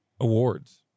awards